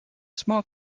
small